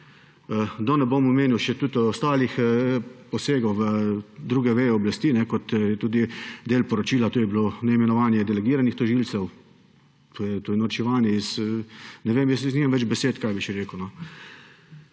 Da ne bom omenjal še ostalih posegov v druge veje oblasti, to je tudi del poročila, neimenovanje delegiranih tožilcev. To je norčevanje. Ne vem, jaz nimam več besed, kaj bi še rekel.